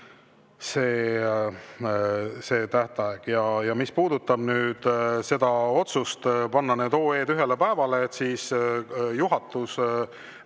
see tähtaeg. Mis puudutab nüüd seda otsust panna need OE‑d ühele päevale, siis juhatus